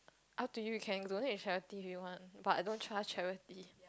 up to you you can donate to charity if you want but I don't trust charity